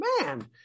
Man